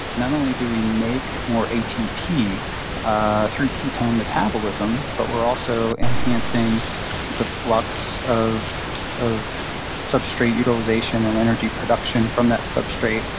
not only do we make more atp ah through ketone metabolism, but we're also enhancing the flux of of substrate utilization and energy production from that substrate,